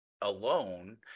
alone